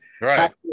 Right